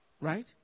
Right